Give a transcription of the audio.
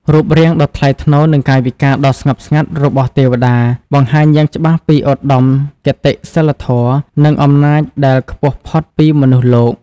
រូបរាងដ៏ថ្លៃថ្នូរ និងកាយវិការដ៏ស្ងប់ស្ងាត់ របស់ទេវតា បង្ហាញយ៉ាងច្បាស់ពីឧត្តមគតិសីលធម៌ និងអំណាចដែលខ្ពស់ផុតពីមនុស្សលោក។